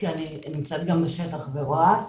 ואני נמצאת גם בשטח ורואה.